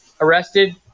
arrested